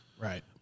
Right